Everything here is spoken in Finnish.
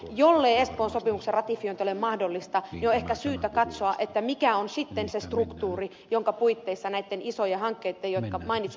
jollei espoon sopimuksen ratifiointi ole mahdollista on ehkä syytä katsoa mikä on sitten se struktuuri jonka puitteissa näitten isojen hankkeitten jotka mainitsitte ed